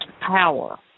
power